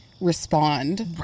respond